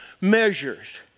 measures